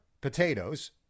potatoes